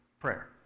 Prayer